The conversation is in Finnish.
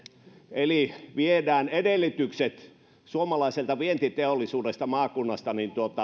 eli viedään edellytykset suomalaiselta vientiteollisuudelta maakunnista